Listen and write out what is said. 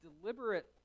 deliberate